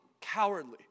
cowardly